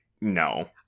no